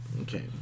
okay